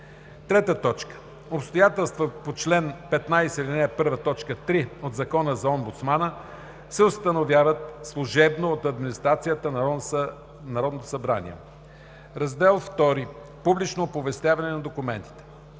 решението. 3. Обстоятелствата по чл. 15, ал. 1, т. 3 от Закона за омбудсмана се установяват служебно от администрацията на Народното събрание. II. Публично оповестяване на документите